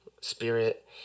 spirit